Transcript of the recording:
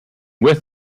with